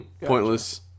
Pointless